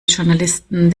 journalisten